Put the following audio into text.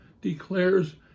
declares